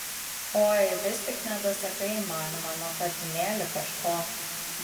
oi vis tik nedasakai man mano katinėli kažko